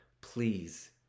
please